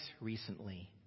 recently